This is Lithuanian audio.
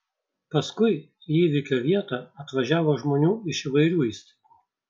paskui į įvykio vietą atvažiavo žmonių iš įvairių įstaigų